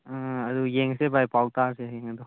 ꯎꯝ ꯑꯗꯨ ꯌꯦꯡꯁꯦ ꯚꯥꯏ ꯄꯥꯎ ꯇꯥꯁꯦ ꯍꯌꯦꯡ ꯑꯗꯨ